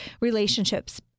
relationships